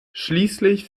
schließlich